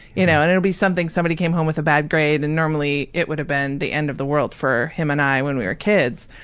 you know. and it'll be something somebody came home with a bad grade and normally it would have been the end of the world for him and i when we were kids,